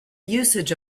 usage